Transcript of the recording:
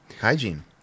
hygiene